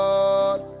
Lord